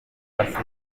basiba